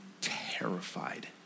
terrified